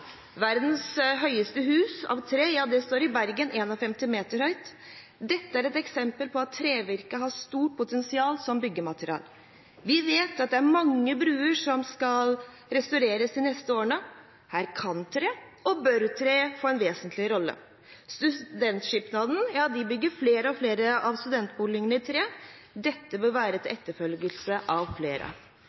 Verdens høyeste hus av tre står i Bergen, 51 meter høyt. Dette er et eksempel på at trevirke har stort potensial som byggemateriale. Vi vet at det er mange bruer som skal restaureres de neste årene. Her kan tre – og bør tre – få en vesentlig rolle. Studentsamskipnaden bygger flere og flere av studentboligene i tre. Dette bør være til etterfølgelse for flere.